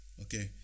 okay